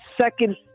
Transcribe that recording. second